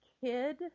kid